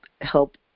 help